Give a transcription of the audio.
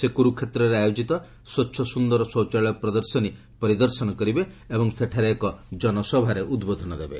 ସେ କୂର୍ରକ୍ଷେତ୍ରରେ ଆୟୋଜିତ ସ୍ୱଚ୍ଛ ସୁନ୍ଦର ଶୌଚାଳୟ ପ୍ରଦର୍ଶନୀ ପରିଦର୍ଶନ କରିବେ ଏବଂ ସେଠାରେ ଏକ ଜନସଭାରେ ଉଦ୍ବୋଧନ ଦେବେ